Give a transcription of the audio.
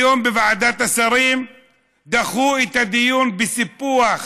היום בוועדת השרים דחו את הדיון בסיפוח